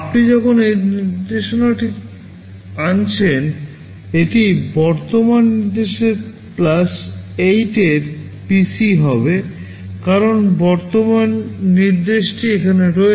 আপনি যখন এই নির্দেশনাটি আনছেন এটি বর্তমান নির্দেশের প্লাস 8 এর PC হবে কারণ বর্তমান নির্দেশটি এখানে রয়েছে